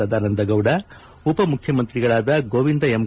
ಸದಾನಂದಗೌಡ ಉಪ ಮುಖ್ಯಮಂತ್ರಿಗಳಾದ ಗೋವಿಂದ ಎಂ